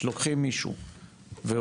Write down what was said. כשלוקחים מישהו ורואים,